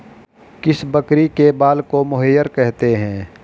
किस बकरी के बाल को मोहेयर कहते हैं?